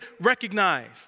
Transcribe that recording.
recognized